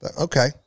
Okay